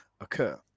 occur